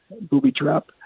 booby-trap